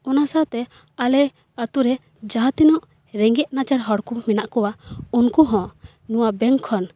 ᱚᱱᱟ ᱥᱟᱶᱛᱮ ᱟᱞᱮ ᱟᱛᱳᱨᱮ ᱡᱟᱦᱟᱸ ᱛᱤᱱᱟᱹᱜ ᱨᱮᱸᱜᱮᱡ ᱱᱟᱪᱟᱨ ᱦᱚᱲ ᱠᱚ ᱦᱮᱱᱟᱜ ᱠᱚᱣᱟ ᱩᱱᱠᱩ ᱦᱚᱸ ᱱᱚᱣᱟ ᱵᱮᱱᱠ ᱠᱷᱚᱱ